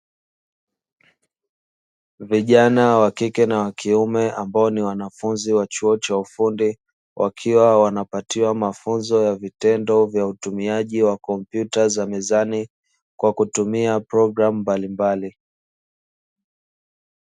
Vijana wa kike na wakiume ambao ni wanafunzi wa chuo cha ufundi wakiwa wanapatiwa mafunzo ya vitendo vya utumiaji wa kompyuta za mezani kwa kutumia progranu mbalimbali.